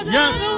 Yes